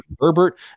Herbert